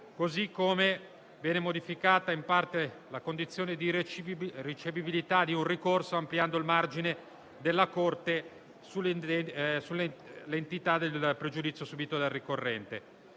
modo viene modificata in parte la condizione di ricevibilità di un ricorso, ampliando il margine della Corte sull'entità del pregiudizio subito dal ricorrente.